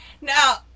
now